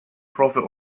profit